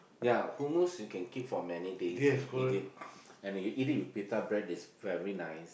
ya who moves you can keep for many days and eat it and you eat it with pita bread is very nice